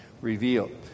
revealed